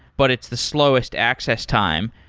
but it's the slowest access time.